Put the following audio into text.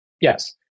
Yes